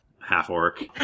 half-orc